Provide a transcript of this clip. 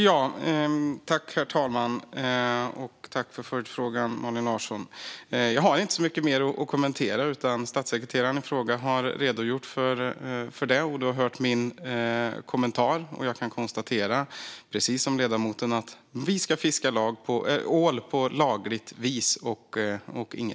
Herr talman! Jag tackar Malin Larsson för följdfrågan. Jag har inte så mycket mer att kommentera detta med. Statssekreteraren i fråga har redogjort för det, och Malin Larsson har hört min kommentar. Jag kan konstatera, precis som ledamoten, att vi ska fiska ål enbart på lagligt vis.